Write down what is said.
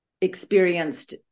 experienced